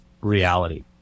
reality